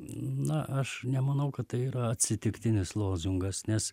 na aš nemanau kad tai yra atsitiktinis lozungas nes